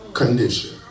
condition